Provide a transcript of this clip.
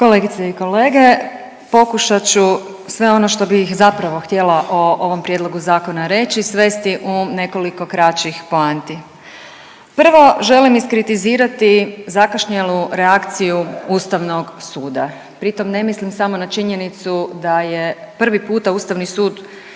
Kolegice i kolege, pokušat ću sve ono što bih zapravo htjela o ovom prijedlogu zakona reći svesti u nekoliko kraćih poanti. Prvo želim iskritizirati zakašnjelu reakciju ustavnog suda, pritom ne mislim samo na činjenicu da je prvi puta ustavni sud